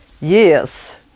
Yes